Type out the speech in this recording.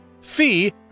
Fee